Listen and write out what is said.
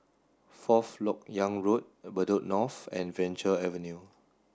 fourth Lok Yang Road Bedok North and Venture Avenue